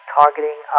targeting